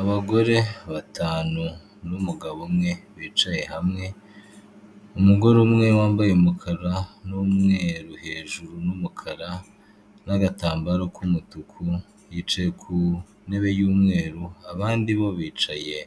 Abagore batanu n'umugabo umwe bicaye hamwe, umugore umwe wambaye umukara n'umweru hejuru n'umukara n'agatambaro k'umutuku yicaye ku ntebe y'umweru, abandi bo bicaye